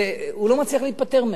והוא לא מצליח להיפטר ממנו,